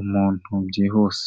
umuntu byihuse.